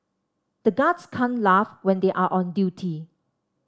the guards can't laugh when they are on duty